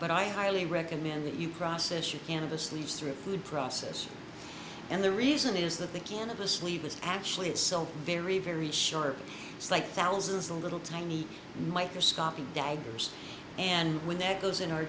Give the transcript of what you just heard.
but i highly recommend that you process your cannabis leaves through a food processor and the reason is that the can of a sleeve is actually itself very very sharp like thousands little tiny microscopic daggers and when that goes in our